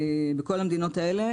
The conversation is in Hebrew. בכל המדינות האלה,